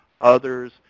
others